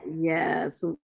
Yes